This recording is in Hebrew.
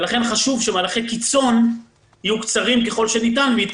לכן חשוב שמהלכי קיצון יהיו קצרים ככל שניתן ויהיה